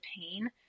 pain